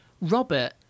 Robert